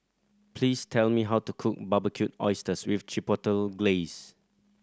please tell me how to cook Barbecued Oysters with Chipotle Glaze